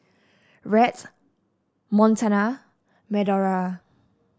Rhett Montana Medora